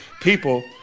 people